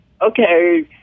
Okay